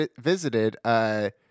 visited